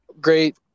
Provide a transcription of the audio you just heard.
great